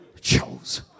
chose